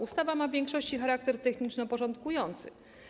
Ustawa ma w większości charakter techniczno-porządkujący.